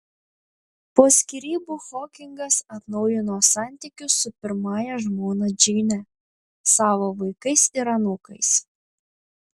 po skyrybų hokingas atnaujino santykius su pirmąja žmona džeine savo vaikais ir anūkais